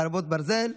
חרבות ברזל)